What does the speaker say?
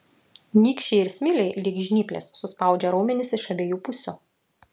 nykščiai ir smiliai lyg žnyplės suspaudžia raumenis iš abiejų pusių